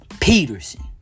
Peterson